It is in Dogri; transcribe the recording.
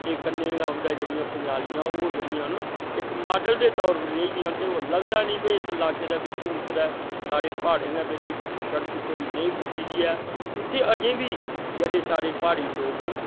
ते कन्ने गै उंदे जेह्ड़ियां पंजालियां ओह् जेह्ड़ियां न इक मॉडल दै तौर पर रेहियां न ते लगदा नी भाई इस लाह्के दे बिच्च हून कुदै साढ़े प्हाड़ें दै बिच्च जित्थें सड़क कोई नेईं पुज्जी दी ऐ उत्थें अजें बी जेह्ड़े साढ़े प्हाड़ी लोग